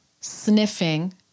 sniffing